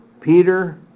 Peter